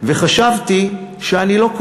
לגופו